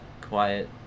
quiet